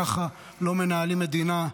ככה לא מנהלים מדינה.